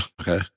okay